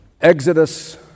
Exodus